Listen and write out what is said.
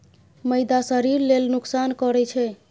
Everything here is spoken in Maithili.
मैदा शरीर लेल नोकसान करइ छै